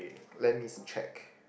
let me check